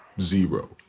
zero